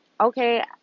okay